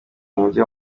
umujyi